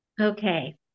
okay